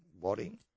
wadding